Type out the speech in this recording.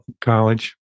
college